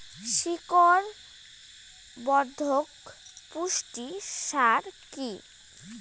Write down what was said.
শিকড় বর্ধক পুষ্টি সার কি?